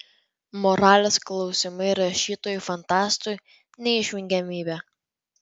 moralės klausimai rašytojui fantastui neišvengiamybė